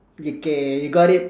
okay you got it